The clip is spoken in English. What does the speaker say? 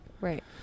Right